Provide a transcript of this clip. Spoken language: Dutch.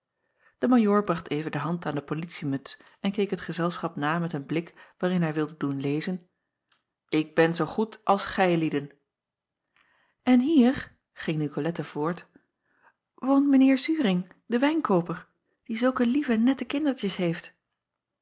e ajoor bracht even de hand aan de politie muts en keek het gezelschap na met een blik waarin hij wilde doen lezen ik ben zoo goed als gijlieden n hier ging icolette voort woont mijn eer uring de wijnkooper die zulke lieve nette kindertjes heeft